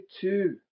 two